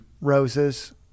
Roses